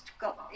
got